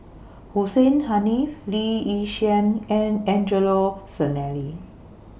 Hussein Haniff Lee Yi Shyan and Angelo Sanelli